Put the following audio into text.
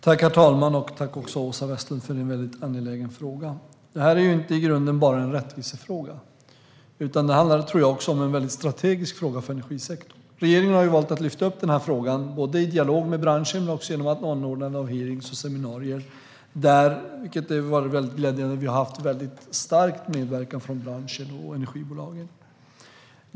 Herr talman! Tack, Åsa Westlund, för en angelägen fråga! Det här är i grunden inte bara en rättvisefråga utan också en strategisk fråga för energisektorn. Regeringen har valt att lyfta fram den här frågan i dialog med branschen men också genom att anordna hearingar och seminarier där vi, vilket är glädjande, har haft en stark medverkan från branschen och energibolagen.